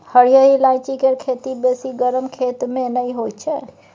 हरिहर ईलाइची केर खेती बेसी गरम खेत मे नहि होइ छै